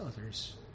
others